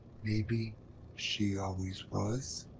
maybe she always was?